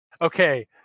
Okay